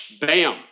Bam